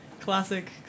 Classic